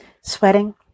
sweating